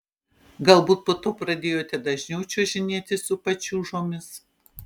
galbūt po to pradėjote dažniau čiuožinėti su pačiūžomis